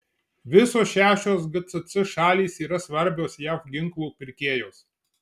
visos šešios gcc šalys yra svarbios jav ginklų pirkėjos